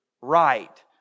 right